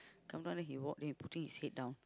come down then he walk then he putting his head down